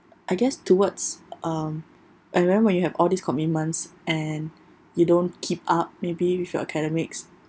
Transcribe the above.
I guess towards um and when when you have all these commitments and you don't keep up maybe with your academics